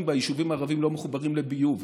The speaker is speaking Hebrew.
ביישובים הערביים לא מחוברים לביוב.